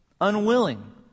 unwilling